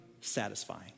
satisfying